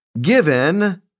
given